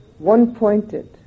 one-pointed